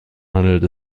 handelt